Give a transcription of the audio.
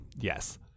Yes